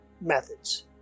methods